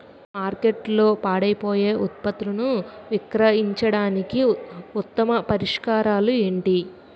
మార్కెట్లో పాడైపోయే ఉత్పత్తులను విక్రయించడానికి ఉత్తమ పరిష్కారాలు ఏంటి?